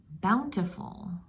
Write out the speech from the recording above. bountiful